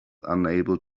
unable